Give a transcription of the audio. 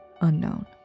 unknown